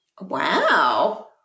Wow